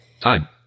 Time